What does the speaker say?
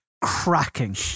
cracking